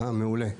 אה, מעולה.